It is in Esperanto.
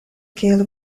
kiel